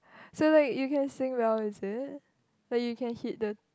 so like you can sing well is it like you can hit the